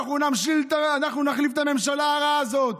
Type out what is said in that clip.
אנחנו נחליף את הממשלה הרעה הזאת.